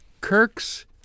Kirk's